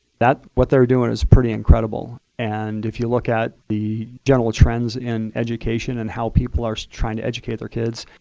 that, what they're doing is pretty incredible. and if you look at the general trends in education and how people are trying to educate their kids,